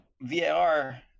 VAR